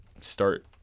start